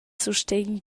sustegn